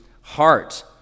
heart